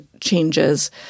changes